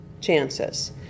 chances